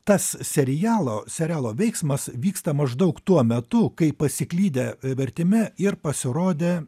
tas serialo serialo veiksmas vyksta maždaug tuo metu kai pasiklydę vertime ir pasirodė